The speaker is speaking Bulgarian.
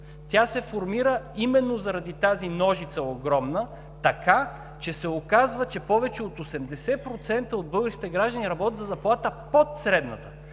Тя се формира именно заради тази огромна ножица, така че се оказва, че повече от 80% от българските граждани работят за заплата под средната.